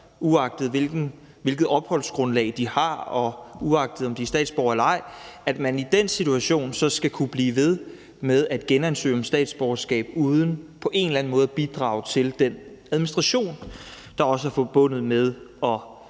uagtet hvilket opholdsgrundlag de har, og uagtet om de statsborgere eller ej, skal kunne blive ved med at genansøge om statsborgerskab uden på en eller anden måde at bidrage til den administration, der også er forbundet med at